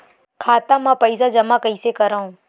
खाता म पईसा जमा कइसे करव?